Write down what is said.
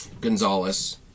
Gonzalez